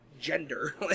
gender